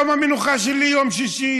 יום המנוחה שלו הוא יום שישי,